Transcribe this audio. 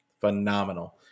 phenomenal